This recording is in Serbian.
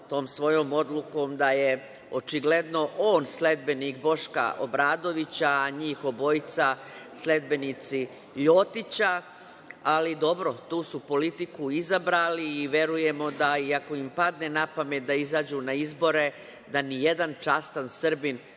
tom svojom odlukom da je očigledno on sledbenik Boška Obradovića, a njih obojica sledbenici Ljotića. Ali, dobro, tu su politiku izabrali i verujemo da iako im padne napamet da izađu na izbore, da ni jedan častan Srbin